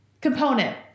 component